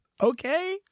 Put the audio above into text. Okay